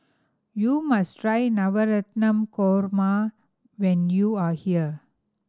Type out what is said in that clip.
you must try Navratan Korma when you are here